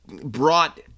brought